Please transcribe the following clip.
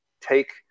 take